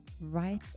Right